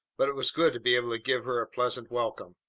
but it was good to be able to give her a pleasant welcome.